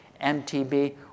MTB